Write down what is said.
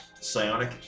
psionic